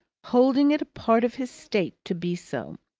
holding it a part of his state to be so.